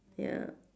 ya